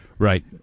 Right